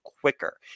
quicker